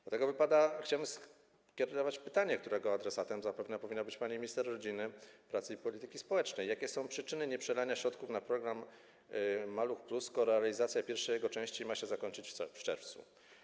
Dlatego chciałbym skierować pytanie, którego adresatem zapewne powinna być pani minister rodziny, pracy i polityki społecznej, jakie są przyczyny nieprzelania środków na program „Maluch+”, skoro realizacja pierwszej jego części ma się zakończyć w czerwcu.